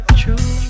true